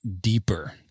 deeper